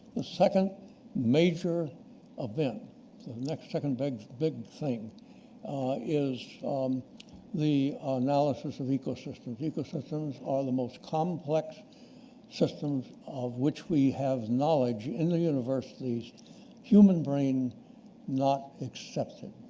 the second major event the next second big big thing is the analysis of ecosystems. ecosystems are the most complex systems of which we have knowledge in the universe. the human brain not accepts it.